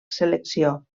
selecció